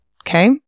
Okay